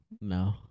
No